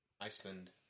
Iceland